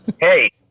hey